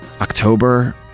October